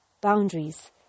boundaries